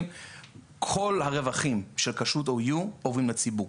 כל הרווחים של כשרות OU עוברים לציבור.